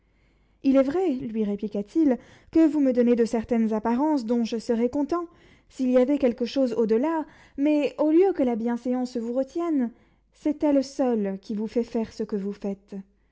il est vrai lui répliqua-t-il que vous me donnez de certaines apparences dont je serais content s'il y avait quelque chose au-delà mais au lieu que la bienséance vous retienne c'est elle seule qui vous fait faire ce que vous faites